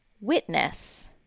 Witness